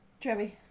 Trevi